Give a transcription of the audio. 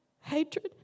hatred